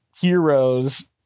heroes